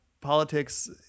politics